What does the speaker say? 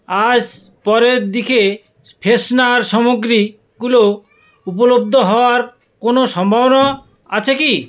আজ পরের দিকে ফ্রেশনার সামগ্রীগুলো উপলব্ধ হওয়ার কোনো সম্ভাবনা আছে কি